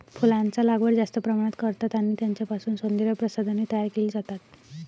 फुलांचा लागवड जास्त प्रमाणात करतात आणि त्यांच्यापासून सौंदर्य प्रसाधने तयार केली जातात